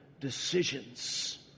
decisions